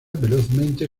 velozmente